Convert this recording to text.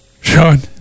Sean